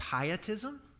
pietism